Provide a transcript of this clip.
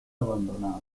abandonados